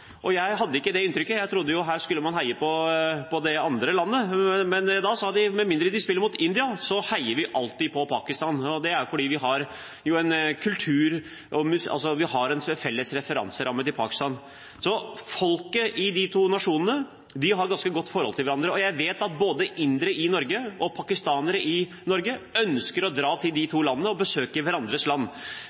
Jeg trodde at her ville man heie på det andre landet. Men da sa de: Med mindre de spiller mot India, så heier vi alltid på Pakistan. Det er fordi vi har en kultur, en felles referanseramme med Pakistan. Folk i de to nasjonene har et ganske godt forhold til hverandre. Jeg vet at både indere og pakistanere i Norge ønsker å dra til disse to landene og besøke hverandres land.